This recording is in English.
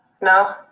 No